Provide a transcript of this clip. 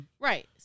Right